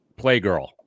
Playgirl